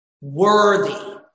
worthy